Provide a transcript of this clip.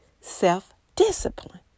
self-discipline